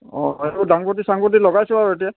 অঁ আৰু ডাংগুটি চাংগুটি লগাইছো আৰু এতিয়া